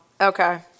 Okay